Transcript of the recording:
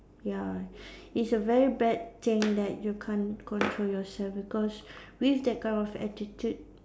ya it's a very bad thing that you can't control yourself because with that kind of attitude